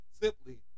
Simply